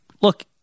look